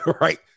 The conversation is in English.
Right